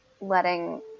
letting